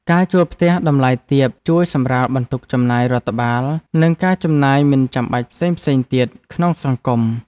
ការជួលផ្ទះតម្លៃទាបជួយសម្រាលបន្ទុកចំណាយរដ្ឋបាលនិងការចំណាយមិនចាំបាច់ផ្សេងៗទៀតក្នុងសង្គម។